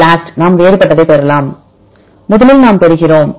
BLAST நாம் வேறுபட்டதைப் பெறலாம் முதலில் நாம் பெறுகிறோம்